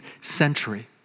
century